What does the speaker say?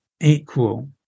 equal